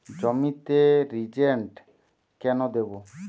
জমিতে রিজেন্ট কেন দেবো?